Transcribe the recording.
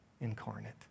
incarnate